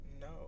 No